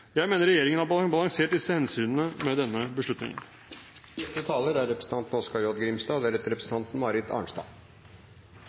Jeg mener regjeringen har balansert disse hensynene med denne beslutningen.